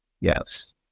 Yes